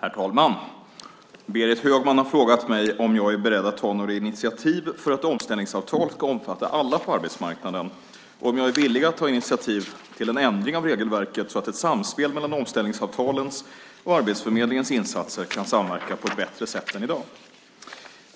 Herr talman! Berit Högman har frågat mig om jag är beredd att ta några initiativ för att omställningsavtal ska omfatta alla på arbetsmarknaden och om jag är villig att ta initiativ till en ändring av regelverket så att ett samspel mellan omställningsavtalens och Arbetsförmedlingens insatser kan samverka på ett bättre sätt än i dag.